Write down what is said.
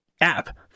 app